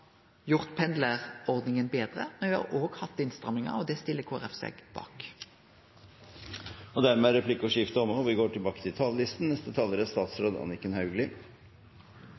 gjort pendlarordninga betre, men me har òg hatt innstrammingar – og det stiller Kristeleg Folkeparti seg bak. Replikkordskiftet er omme. Norge står overfor store utfordringer når vi